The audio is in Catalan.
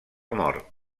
mort